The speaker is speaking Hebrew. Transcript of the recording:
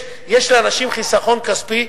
יש לאנשים חיסכון כספי,